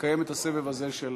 נקיים את הסבב הזה של